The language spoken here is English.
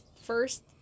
first